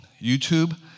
YouTube